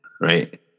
right